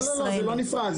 לא, לא, זה לא נפרד.